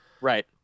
Right